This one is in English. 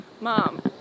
Mom